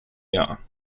jahr